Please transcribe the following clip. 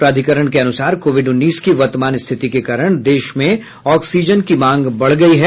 प्राधिकरण के अनुसार कोविड उन्नीस की वर्तमान स्थिति के कारण देश में ऑक्सीजन की मांग बढ़ गई है